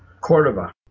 Cordoba